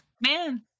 man